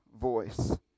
voice